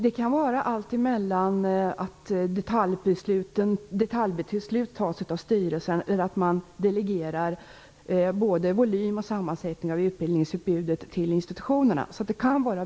Det kan vara fråga om allt mellan att detaljbeslut tas av styrelsen och att både volym och sammansättning av utbildningsutbudet delegeras till institutionerna. Det kan alltså vara väldigt olika. Kommer utbildningsministern att följa upp den här typen av utbildningar, så att de inte i dessa ekonomiskt kärva tider faller mellan stolarna och alltså försvinner?